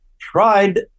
tried